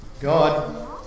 God